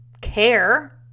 care